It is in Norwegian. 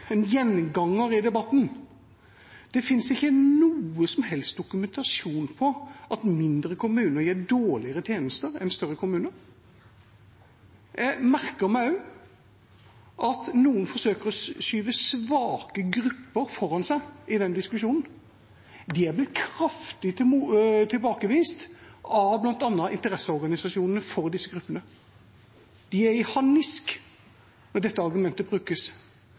en gjenganger i debatten. Det finnes ikke noe som helst dokumentasjon på at mindre kommuner gir dårligere tjenester enn større kommuner. Jeg merker meg også at noen forsøker å skyve svake grupper foran seg i den diskusjonen. Det har blitt kraftig tilbakevist av bl.a. interesseorganisasjonene for disse gruppene. De er i harnisk når dette argumentet brukes,